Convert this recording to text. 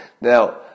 Now